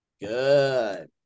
Good